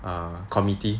err committee